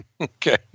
Okay